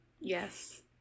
yes